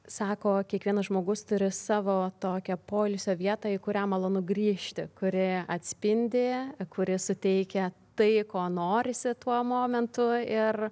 sako kiekvienas žmogus turi savo tokią poilsio vietą į kurią malonu grįžti kuri atspindi kuri suteikia tai ko norisi tuo momentu ir